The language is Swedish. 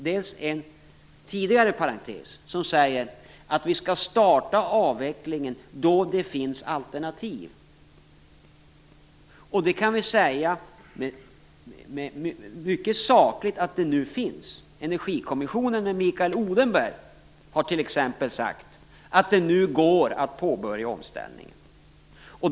Den tidigare parentesen säger att vi skall starta avvecklingen då det finns alternativ. Det kan vi säga sakligt att det nu finns. Energikommissionen och Mikael Odenberg har t.ex. sagt att det nu går att påbörja omställningen.